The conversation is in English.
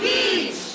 Beach